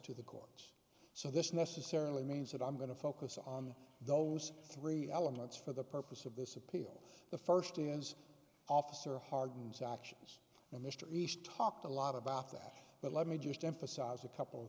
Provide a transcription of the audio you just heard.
to the cause so this necessarily means that i'm going to focus on those three elements for the purpose of this appeal the first is officer harden's actions and mr east talked a lot about that but let me just emphasize a couple